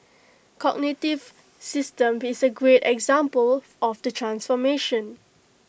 cognitive systems is A great example of the transformation